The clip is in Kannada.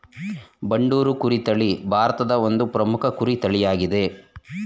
ಬಂಡೂರು ಕುರಿ ತಳಿ ಭಾರತದ ಒಂದು ಪ್ರಮುಖ ಕುರಿ ತಳಿಯಾಗಿದೆ